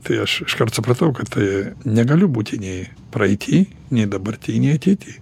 tai aš iškart supratau kad tai negaliu būti nei praeity nei dabarty nei ateity